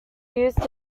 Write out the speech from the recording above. used